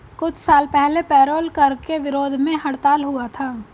कुछ साल पहले पेरोल कर के विरोध में हड़ताल हुआ था